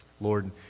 Lord